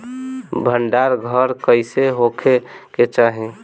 भंडार घर कईसे होखे के चाही?